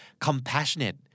Compassionate